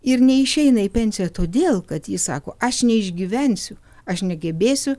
ir neišeina į pensiją todėl kad ji sako aš neišgyvensiu aš negebėsiu